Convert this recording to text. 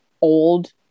old